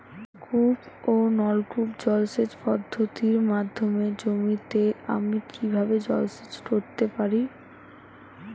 কূপ ও নলকূপ জলসেচ পদ্ধতির মাধ্যমে জমিতে আমি কীভাবে জলসেচ করতে পারি?